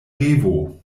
revo